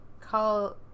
Call